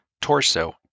torso